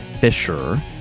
Fisher